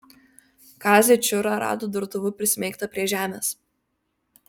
kazį čiūrą rado durtuvu prismeigtą prie žemės